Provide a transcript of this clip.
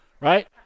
right